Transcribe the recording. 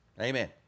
Amen